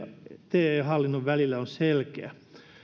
te hallinnon välillä on selkeä